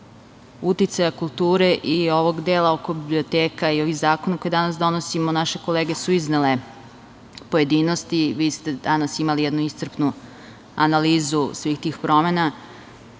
aspekta uticaja kulture i ovog dela oko biblioteka i ovih zakona koje danas donosimo. Naše kolege su iznele pojedinosti, vi ste danas imali jednu iscrpnu analizu svih tih promena